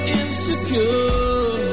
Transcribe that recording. insecure